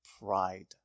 pride